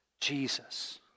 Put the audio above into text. Jesus